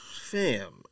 Fam